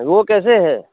वो कैसे है